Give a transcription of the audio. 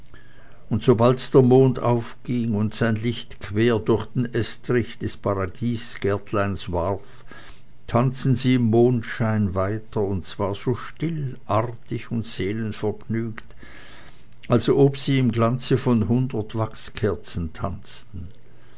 und sobald der mond aufging und sein licht quer durch den estrich des paradiesgärtels warf tanzten sie im mondschein weiter und zwar so still artig und seelenvergnügt als ob sie im glanze von hundert wachskerzen tanzten